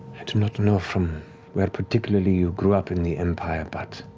i do not know from where particularly you grew up in the empire, but